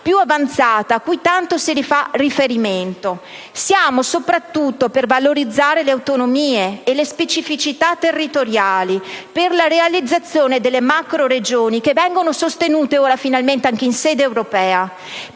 più avanzata a cui tanto si fa riferimento. Siamo, soprattutto, per valorizzare le autonomie e le specificità territoriali, per la realizzazione delle macroregioni, che vengono sostenute ora finalmente anche in sede europea,